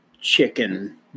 chicken